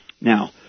Now